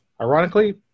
Ironically